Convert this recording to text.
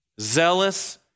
zealous